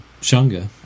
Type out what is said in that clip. Shunga